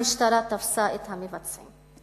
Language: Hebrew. המשטרה תפסה את המבצעים.